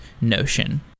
notion